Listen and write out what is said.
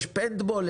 יש פיינטבול,